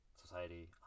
society